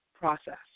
process